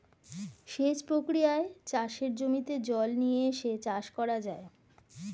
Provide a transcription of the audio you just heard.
সেচ প্রক্রিয়ায় চাষের জমিতে জল নিয়ে এসে চাষ করা যায়